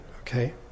okay